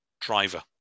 driver